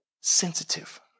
sensitive